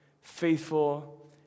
faithful